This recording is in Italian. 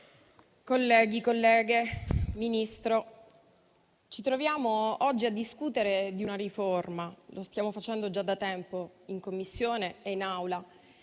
colleghi e colleghe, signor Ministro, ci troviamo oggi a discutere di una riforma - lo stiamo facendo già da tempo in Commissione e in Aula